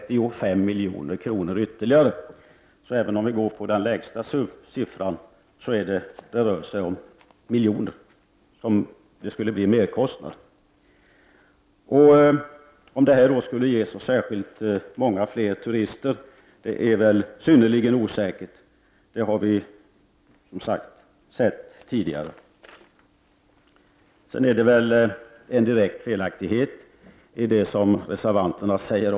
Även om vi går på den lägsta siffran rör det sig om miljoner i merkostnad. Det är synnerligen osäkert om detta skulle ge så särskilt många fler turister. Det har vi sett tidigare. Sedan finns det en direkt felaktighet i det reservanterna säger.